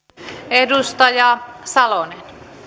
edustaja salonen